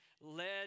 led